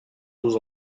aux